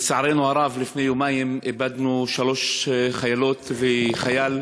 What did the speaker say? לצערנו הרב, לפני יומיים איבדנו שלוש חיילות וחייל